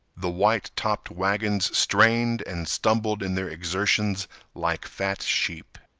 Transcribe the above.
the white-topped wagons strained and stumbled in their exertions like fat sheep.